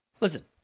Listen